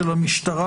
של המשטרה,